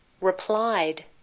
replied